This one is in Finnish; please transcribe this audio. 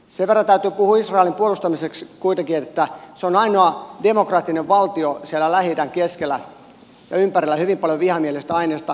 sen verran täytyy puhua israelin puolustamiseksi kuitenkin että se on ainoa demokraattinen valtio siellä lähi idän keskellä ja sen ympärillä on hyvin paljon vihamielistä ainesta